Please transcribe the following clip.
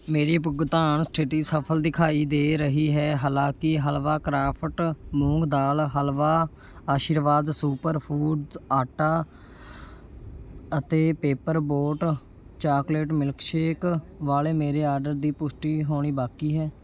ਮੇਰੀ ਭੁਗਤਾਨ ਸਥਿਤੀ ਸਫਲ ਦਿਖਾਈ ਦੇ ਰਹੀ ਹੈ ਹਾਲਾਂਕਿ halwa craft moong dal halwa Aashirvaad super foods atta ਅਤੇ Paper Boat chocolate milkshake ਵਾਲੇ ਮੇਰੇ ਆਡਰ ਦੀ ਪੁਸ਼ਟੀ ਹੋਣੀ ਬਾਕੀ ਹੈ